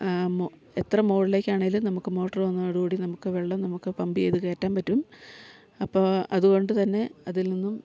മൊ എത്ര മുകളിലേക്കാണെങ്കിലും നമുക്ക് മോട്ടറ് വന്നതോടുകൂടി നമുക്ക് വെള്ളം നമുക്ക് പമ്പ് ചെയ്ത് കയറ്റാൻ പറ്റും അപ്പോൾ അതുകൊണ്ട് തന്നെ അതിൽ നിന്നും